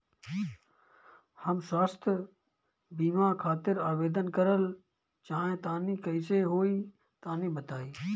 हम स्वास्थ बीमा खातिर आवेदन करल चाह तानि कइसे होई तनि बताईं?